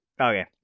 Okay